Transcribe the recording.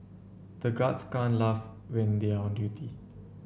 the guards can't laugh when they are on duty